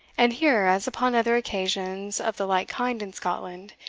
and here, as upon other occasions of the like kind in scotland,